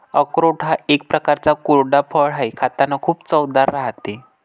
अक्रोड हा एक प्रकारचा कोरडा फळ आहे, खातांना खूप चवदार राहते